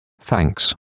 thanks